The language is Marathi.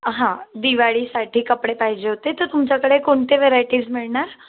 हां दिवाळीसाठी कपडे पाहिजे होते तर तुमच्याकडे कोणते व्हेरायटीज मिळणार